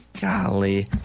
Golly